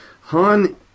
Han